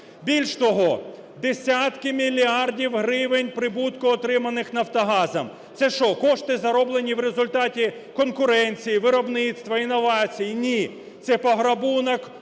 Більш того, десятки мільярдів гривень прибутку, отриманих "Нафтогазом", - це що, кошти зароблені в результаті конкуренції, виробництва, інновацій? Ні. Це пограбунок